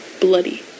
Bloody